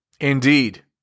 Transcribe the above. Indeed